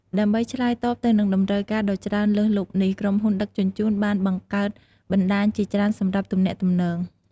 ដើម្បីឆ្លើយតបទៅនឹងតម្រូវការដ៏ច្រើនលើសលប់នេះ ក្រុមហ៊ុនដឹកជញ្ជូនបានបង្កើតបណ្តាញជាច្រើនសម្រាប់ទំនាក់ទំនង។